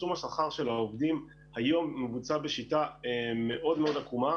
תשלום השכר של העובדים היום מבוצע בשיטה מאוד מאוד עקומה